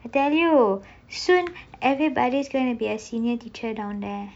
I tell you soon everybody's going to be a senior teacher down there